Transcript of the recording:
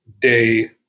day